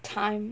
time